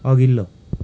अघिल्लो